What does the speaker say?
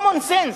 common sense.